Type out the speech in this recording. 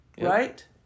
Right